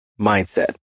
mindset